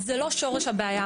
זה לא שורש הבעיה,